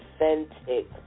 Authentic